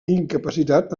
incapacitat